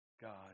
God